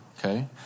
Okay